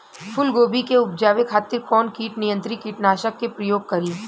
फुलगोबि के उपजावे खातिर कौन कीट नियंत्री कीटनाशक के प्रयोग करी?